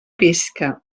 pisca